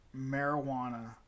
Marijuana